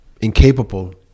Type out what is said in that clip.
incapable